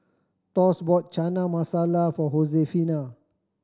Thos bought Chana Masala for